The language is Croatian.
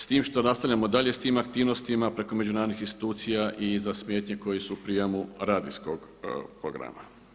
S tim što nastavljamo dalje sa tim aktivnostima preko međunarodnih institucija i za smetnje koje su u prijemu radijskog programa.